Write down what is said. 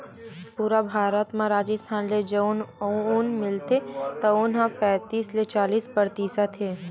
पूरा भारत म राजिस्थान ले जउन ऊन मिलथे तउन ह पैतीस ले चालीस परतिसत हे